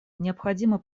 необходимо